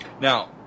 Now